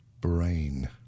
Brain